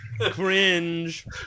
Cringe